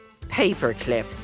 paperclip